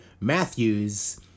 Matthews